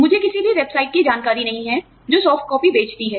मुझे किसी भी वेबसाइट की जानकारी नहीं है जो सॉफ्टकॉपी बेचती है